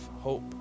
hope